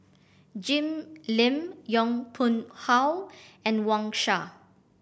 Jim Lim Yong Pung How and Wang Sha